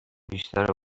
بیشتر